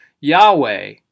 Yahweh